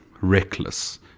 reckless